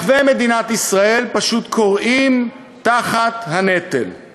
שפשוט כורעים תחת הנטל ברחבי מדינת ישראל.